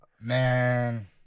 Man